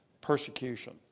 persecution